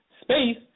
space